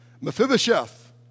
Mephibosheth